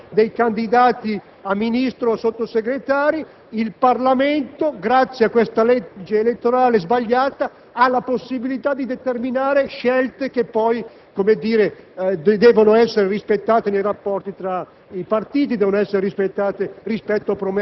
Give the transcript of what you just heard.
Attraverso la presenza nelle istituzioni, attraverso la scelta dei candidati a Ministro o a Sottosegretario, il Parlamento, grazie a questa legge elettorale sbagliata, ha la possibilità di determinare scelte che poi devono essere